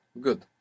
Good